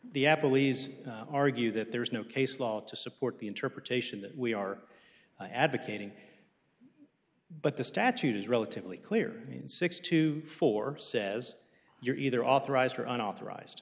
the apple e's argue that there is no case law to support the interpretation that we are advocating but the statute is relatively clear and six to four says you're either authorized or unauthorized